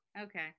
Okay